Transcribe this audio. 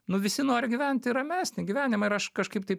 nu visi nori gyventi ramesnį gyvenimą ir aš kažkaip tai